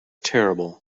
terrible